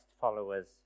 followers